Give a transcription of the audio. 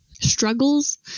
struggles